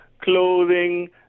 clothing